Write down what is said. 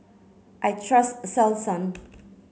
I trust Selsun